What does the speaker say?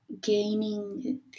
gaining